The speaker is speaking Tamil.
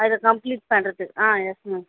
அதை கம்ப்ளீட் பண்ணுறதுக்கு ஆ எஸ் மேம்